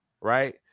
right